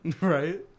Right